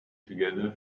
together